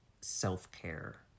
self-care